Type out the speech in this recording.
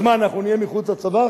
אז מה, אנחנו נהיה מחוץ לצבא?